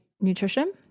nutrition